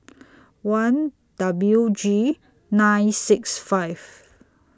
one W G nine six five